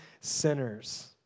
sinners